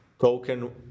token